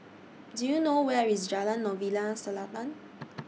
Do YOU know Where IS Jalan Novena Selatan